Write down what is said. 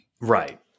right